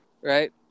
Right